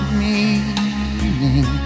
meaning